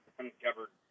uncovered